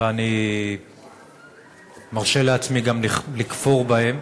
ואני מרשה לעצמי גם לכפור בהם.